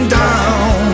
down